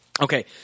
Okay